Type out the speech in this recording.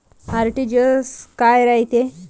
RTGS काय रायते?